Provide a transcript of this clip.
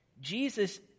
Jesus